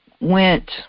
went